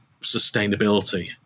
sustainability